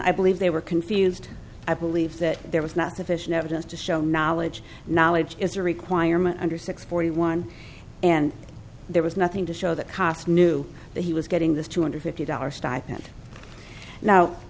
i believe they were confused i believe that there was not sufficient evidence to show knowledge knowledge is a requirement under six forty one and there was nothing to show that cost knew that he was getting this two hundred fifty dollars stipend no